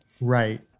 Right